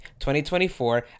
2024